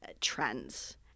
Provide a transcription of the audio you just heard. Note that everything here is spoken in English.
trends